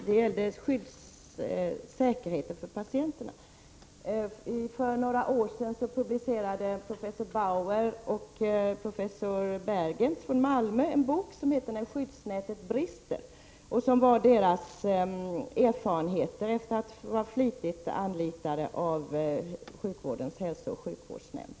Herr talman! Det gällde säkerheten för patienterna. För några år sedan publicerade professor Bauer och professor Bergentz från Malmö en bok som hette När skyddsnätet brister. Boken innehåller deras erfarenheter av att ha varit flitigt anlitade av sjukvårdens hälsooch sjukvårdsnämnd.